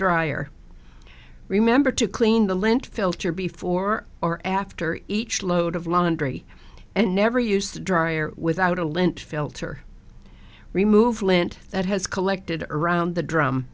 dryer remember to clean the lint filter before or after each load of laundry and never use the dryer without a lint filter remove lint that has collected around the drum